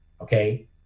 okay